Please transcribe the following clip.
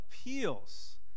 appeals